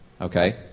okay